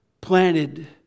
planted